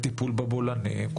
טיפול בבולענים,